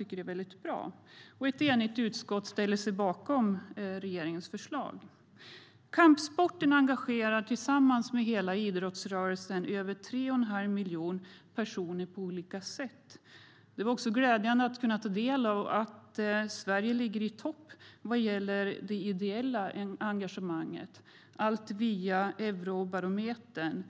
Och det är ett enigt utskott som ställer sig bakom regeringens förslag. Kampsporten engagerar tillsammans med hela idrottsrörelsen över 3 1⁄2 miljon personer på olika sätt. Det är också glädjande att Sverige ligger i topp vad gäller det ideella engagemanget, enligt Eurobarometerundersökningen